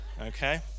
okay